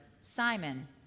Simon